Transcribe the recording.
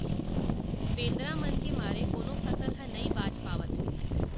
बेंदरा मन के मारे कोनो फसल ह नइ बाच पावत हे